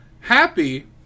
Happy